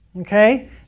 okay